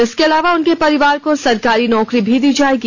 इसके अलावा उनके एक परिजन को सरकारी नौकरी भी दी जाएगी